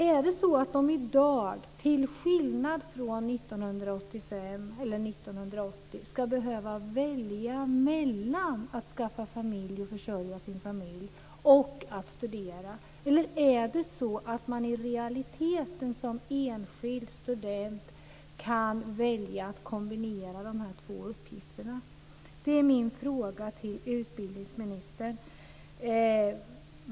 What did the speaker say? Är det så att man i dag till skillnad från 1985 eller 1980 ska behöva välja mellan att skaffa familj och försörja sin familj eller att studera, eller är det så att man i realiteten som enskild student kan välja att kombinera dessa två uppgifter? Det är min fråga till utbildningsministern.